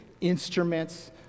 instruments